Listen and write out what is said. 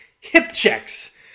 hip-checks